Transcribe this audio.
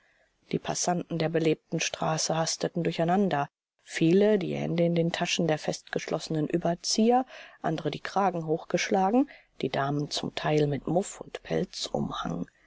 die passanten der belebten straße hasteten durcheinander viele die hände in den taschen der festgeschlossenen überzieher andere die kragen hochgeschlagen die damen zum teil mit muff und